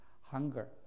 Hunger